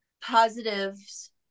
positives